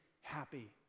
happy